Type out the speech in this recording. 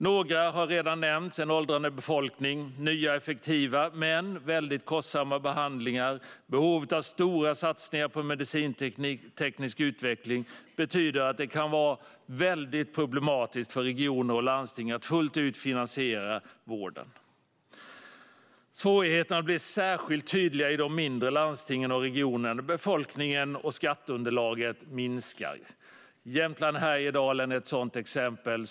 Några har redan nämnts: en åldrande befolkning, nya och effektiva men väldigt kostsamma behandlingar och behovet av stora satsningar på medicinteknisk utveckling. Detta betyder att det kan vara problematiskt för regioner och landsting att fullt ut finansiera vården. Svårigheterna blir särskilt tydliga i de mindre landstingen och regionerna, där befolkningen och skatteunderlaget minskar. Jämtland Härjedalen är ett sådant exempel.